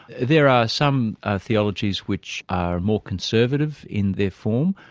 there are some theologies which are more conservative in their form.